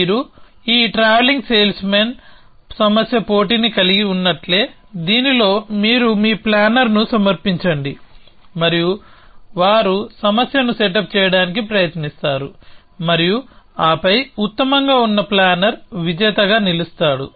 మీరు ఈ travelling salesman సమస్య పోటీని కలిగి ఉన్నట్లే దీనిలో మీరు మీ ప్లానర్ను సమర్పించండి మరియు వారు సమస్యను సెటప్ చేయడానికి ప్రయత్నిస్తారు మరియు ఆపై ఉత్తమంగా ఉన్న ప్లానర్ విజేతగా నిలుస్తాడు